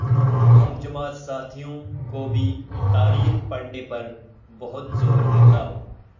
ہم جماعت ساتھیوں کو بھی تاریخ پڑھنے پر بہت زور دیتا ہوں